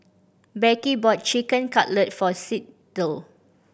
Beckie bought Chicken Cutlet for Sydell